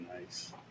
Nice